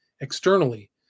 externally